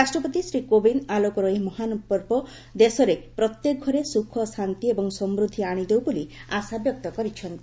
ରାଷ୍ଟ୍ରପତି ଶ୍ରୀ କୋବିନ୍ଦ ଆଲୋକର ଏହି ମହାନ ପର୍ବ ଦେଶର ପ୍ରତ୍ୟେକ ଘରେ ସୁଖ ଶାନ୍ତି ଏବଂ ସମୃଦ୍ଧି ଆଶିଦେଉ ବୋଲି ଆଶାବ୍ୟକ୍ତ କରିଛନ୍ତି